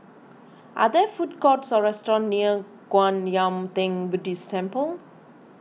are there food courts or restaurants near Kwan Yam theng Buddhist Temple